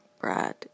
Brad